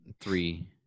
three